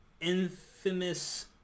infamous